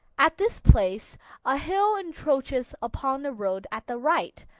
at this place a hill encroaches upon the road at the right,